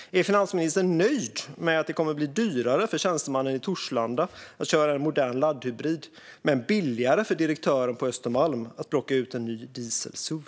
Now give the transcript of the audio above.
Är finansministern nöjd med att det kommer att bli dyrare för tjänstemannen i Torslanda att köra en modern laddhybrid men billigare för direktören på Östermalm att plocka ut en ny diesel-suv?